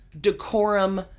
decorum